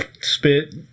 spit